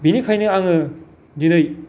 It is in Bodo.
बिनिखायनो आङो दिनै